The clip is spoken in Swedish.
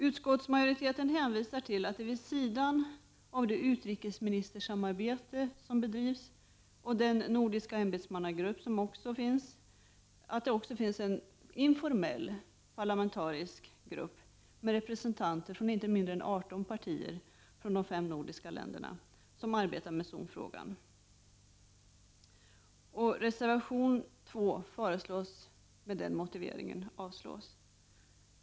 Utskottsmajoriteten hänvisar till att det vid sidan av det utrikesministersamarbete som bedrivs och den nordiska ämbetsmannagruppen också finns en informell men väl fungerande parlamentarikergrupp med representanter för 18 partier i de fem nordiska länderna som arbetar med zonfrågan. Vi yrkar därför avslag på reservation 2.